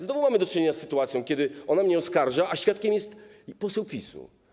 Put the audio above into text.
znowu mamy do czynienia z sytuacją, kiedy ona mnie oskarża, a świadkiem jest poseł PiS.